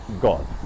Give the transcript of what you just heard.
god